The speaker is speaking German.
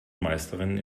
meisterin